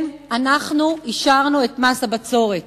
כן, אנחנו אישרנו את מס הבצורת.